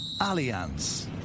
Alliance